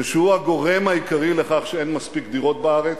ושהוא הגורם העיקרי לכך שאין מספיק דירות בארץ,